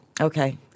Okay